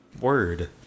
Word